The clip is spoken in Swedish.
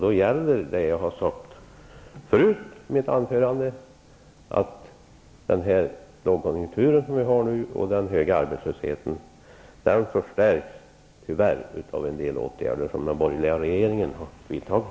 Då gäller det jag har sagt i mitt anförande, dvs. att lågkonjunkturen och den höga arbetslösheten tyvärr förstärks av en del åtgärder som den borgerliga regeringen har vidtagit.